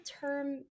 term